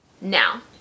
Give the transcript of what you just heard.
Now